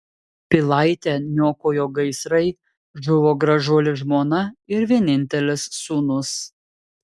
pilaitę niokojo gaisrai žuvo gražuolė žmona ir vienintelis sūnus